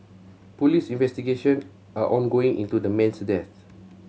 police investigation are ongoing into the man's death